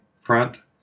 front